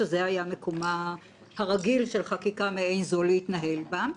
שזה היה מקומה הרגיל של חקיקה מעין זו להתנהל בה,